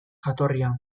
jatorria